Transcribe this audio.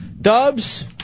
Dubs